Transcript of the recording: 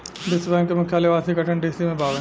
विश्व बैंक के मुख्यालय वॉशिंगटन डी.सी में बावे